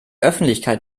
öffentlichkeit